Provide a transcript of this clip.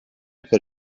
per